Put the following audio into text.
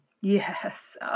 Yes